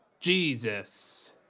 Jesus